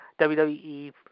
WWE